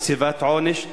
קציבת עונש,